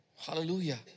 Hallelujah